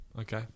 Okay